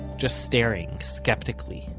just staring, skeptically,